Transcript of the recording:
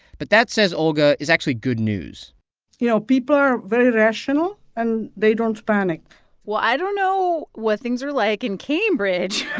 but that, says olga, is actually good news you know, people are very rational, and they don't panic well, i don't know what things are like in cambridge.